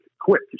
Quick